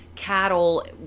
cattle